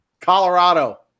Colorado